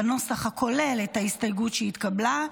בנוסח הכולל את ההסתייגות שהתקבלה,